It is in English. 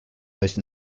most